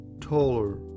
taller